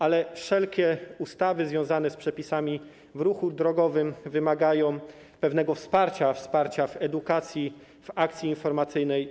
Ale wszelkie ustawy związane z przepisami ruchu drogowego wymagają pewnego wsparcia, wsparcia w edukacji, w zakresie akcji informacyjnej.